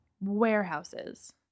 warehouses